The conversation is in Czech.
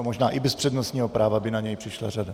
Možná i bez přednostního práva by na něj přišla řada.